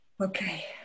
okay